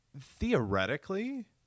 theoretically